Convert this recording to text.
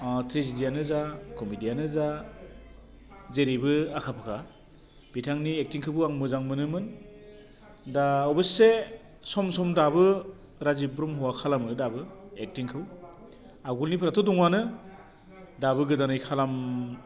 अह ट्रिजिडियानो जा कमेदियानो जा जेरैबो आखा फाखा बिथांनि एकटिंखौबो आं मोजां मोनोमोन दा अबस्से सम सम दाबो राजिब ब्रह्मआ खालामो दाबो एकटिंखौ आगोलनिफ्राथ' दंआनो दाबो गोदानै खालाम